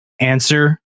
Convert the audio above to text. answer